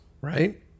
right